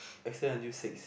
extend until six